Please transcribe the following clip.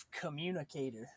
Communicator